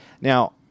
Now